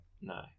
No